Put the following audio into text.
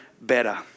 better